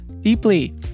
deeply